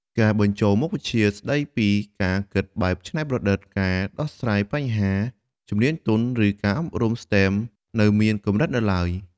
ការបញ្ចូលមុខវិជ្ជាស្តីពីការគិតបែបច្នៃប្រឌិត ការដោះស្រាយបញ្ហា ជំនាញទន់ ឬការអប់រំ STEM នៅមានកម្រិតនៅឡើយ។